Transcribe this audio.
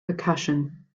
percussion